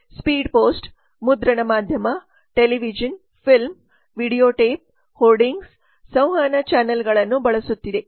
speed post ಮುದ್ರಣ ಮಾಧ್ಯಮ television film video tape hoardings ಸಂವಹನ ಚಾನೆಲ್ಗಳನ್ನು ಬಳಸುತ್ತಿದೆ